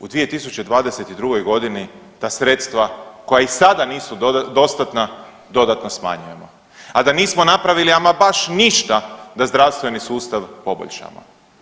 U 2022. godini ta sredstva koja i sada nisu dostatna dodatno smanjujemo, a da nismo napravili ama baš ništa da zdravstveni sustav poboljšamo.